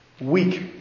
Weak